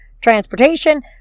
Transportation